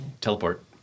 teleport